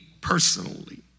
personally